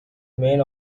main